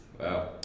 Wow